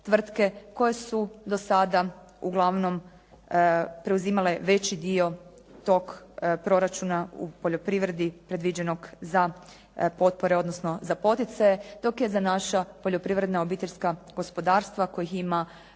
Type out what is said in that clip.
koje su do sada uglavnom preuzimale veći dio tog proračuna u poljoprivredi predviđenog za potpore, odnosno za poticaje dok je za naša poljoprivredna obiteljska gospodarstva kojih ima